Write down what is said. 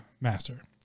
master